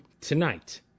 tonight